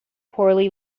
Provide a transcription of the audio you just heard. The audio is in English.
poorly